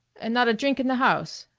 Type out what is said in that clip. and not a drink in the house,